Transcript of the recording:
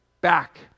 back